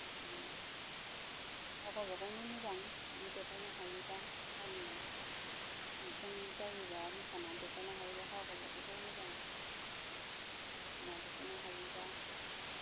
ओमफ्राय गाव गावबा गावनो मोजां बिदि देखायनो हायोबा गामियाव फांसन जायोबा मोसानानै देखायनो हायोबा गाव गाव गाबावनो मोजां मोसाना देखायनो हायोबा